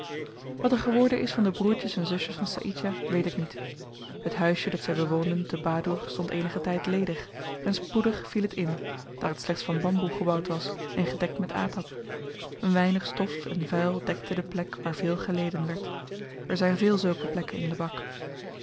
wat er geworden is van de broertjes en zusjes van saïdjah weet ik niet het huisje dat zy bewoonden te badoer stond eenigen tyd ledig en spoedig viel het in daar t slechts van bamboe gebouwd was en gedekt met atap een weinig stof en vuil dekte de plek waar veel geleden werd er zyn veel zulke plekken in lebak